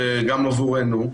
וגם עבורנו.